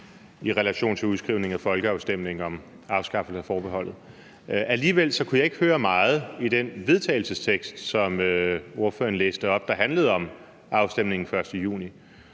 i relation til udskrivningen af folkeafstemningen om afskaffelse af forbeholdet. Alligevel kunne jeg ikke høre meget i den vedtagelsestekst, som ordføreren læste op, der handlede om afstemningen den 1. juni,